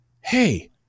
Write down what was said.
Hey